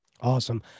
Awesome